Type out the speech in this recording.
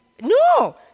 No